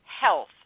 health